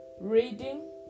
reading